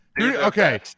okay